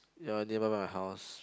ya nearby my house